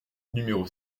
numéro